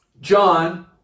John